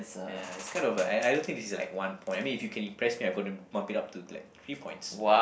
ya it's kind of like I I don't think this is like one point I mean if you can impress me I'm gonna bump it up to like three points